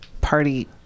Party